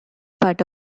part